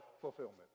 fulfillment